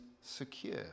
secure